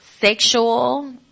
sexual